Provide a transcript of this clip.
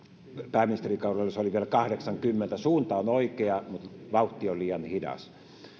pääministerikaudellani se oli vielä kahdeksankymmentä suunta on oikea mutta vauhti on liian hidas